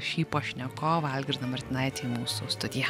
šį pašnekovą algirdą martinaitį į mūsų studiją